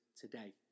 today